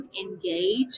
engage